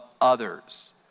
others